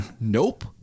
Nope